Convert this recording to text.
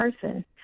person